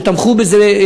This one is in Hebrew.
שתמכו בזה,